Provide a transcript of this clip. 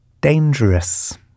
Dangerous